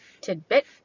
tidbit